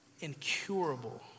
Incurable